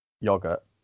yogurt